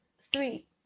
three